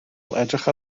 edrych